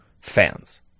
Fans